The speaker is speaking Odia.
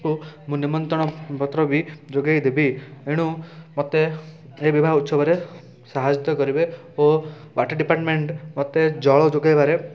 ଙ୍କୁ ମୁଁ ନିମନ୍ତ୍ରଣପତ୍ର ବି ଯୋଗାଇଦେବି ଏଣୁ ମୋତେ ଏ ବିବାହ ଉତ୍ସବରେ ସାହାୟତ କରିବେ ଓ ୱାଟର୍ ଡିପାର୍ଟମେଣ୍ଟ୍ ମୋତେ ଜଳ ଯୋଗାଇବାରେ